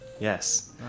Yes